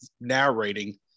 narrating